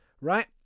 right